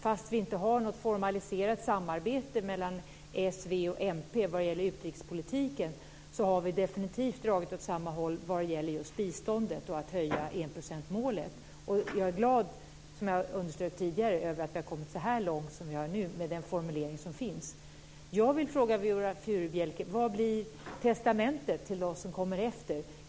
Fastän vi inte har något formaliserat samarbete mellan s, v och mp vad gäller utrikespolitiken har vi definitivt dragit åt samma håll vad gäller just biståndet och att höja enprocentsmålet. Jag är glad över att vi nu har kommit så här långt med den formulering som finns. Jag vill fråga Viola Furubjelke: Vad blir testamentet till dem som kommer efter oss?